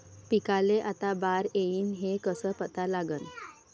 पिकाले आता बार येईन हे कसं पता लागन?